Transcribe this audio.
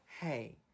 hey